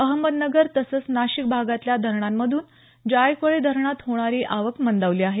अहमदनगर तसंच नाशिक भागातल्या धरणांमधून जायकवाडी धरणात होणारी आवक मंदावली आहे